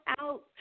out